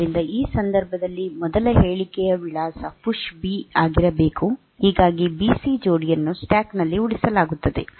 ಆದ್ದರಿಂದ ಈ ಸಂದರ್ಭದಲ್ಲಿ ಮೊದಲ ಹೇಳಿಕೆಯ ವಿಳಾಸ ಪುಶ್ ಬಿ ಆಗಿರಬೇಕು ಹೀಗಾಗಿ ಬಿಸಿ ಜೋಡಿಯನ್ನು ಸ್ಟ್ಯಾಕ್ ನಲ್ಲಿ ಉಳಿಸಲಾಗುತ್ತದೆ